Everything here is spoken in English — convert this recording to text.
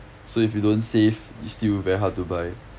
so if you don't save it's still very hard to buy